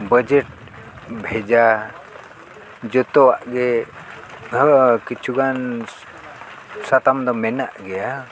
budget ᱵᱷᱮᱡᱟ ᱡᱚᱛᱚᱣᱟᱜ ᱜᱮ ᱠᱤᱪᱷᱩ ᱜᱟᱱ ᱥᱟᱛᱟᱢ ᱫᱚ ᱢᱮᱱᱟᱜ ᱜᱮᱭᱟ